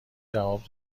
جواب